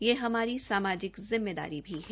यह हमारी सामाजिक जिम्मेदारी भी है